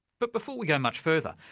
but before we go much further,